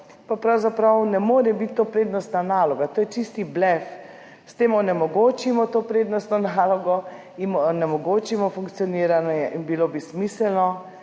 pa pravzaprav ne more biti to prednostna naloga, to je čisti blef. S tem onemogočimo to prednostno nalogo, jim onemogočimo funkcioniranje. Bilo bi smiselno,